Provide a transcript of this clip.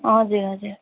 हजुर हजुर